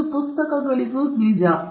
ಈಗ ಇದು ಪುಸ್ತಕಗಳಿಗೆ ನಿಜ